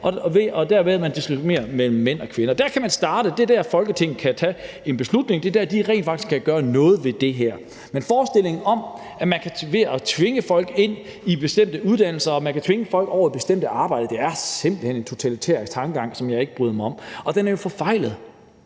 man derved diskriminerer mellem mænd og kvinder. Der kan man starte; det er der, Folketinget kan tage en beslutning, og det er der, vi rent faktisk kan gøre noget ved det her. Men forestillingen om, at man ved at tvinge folk ind i bestemte uddannelser kan tvinge folk over i bestemte arbejder, er simpelt hen en totalitær tankegang, som jeg ikke bryder mig om, og den er jo forfejlet,